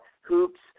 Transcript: hoops